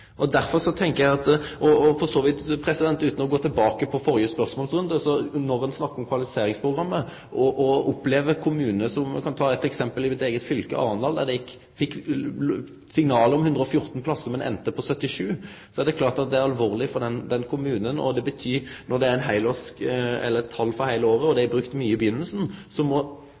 og kommunane – utan å gå tilbake til førre spørsmålsrunden – kan eg ta eit eksempel i min eigen kommune, Arendal, der dei fekk signal om 114 plassar, men enda på 77. Det er klart at det er alvorleg for den kommunen. Når det er tal for heile året, og ein har brukt mykje i starten, betyr det at talet om hausten må